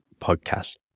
podcast